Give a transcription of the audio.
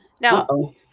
Now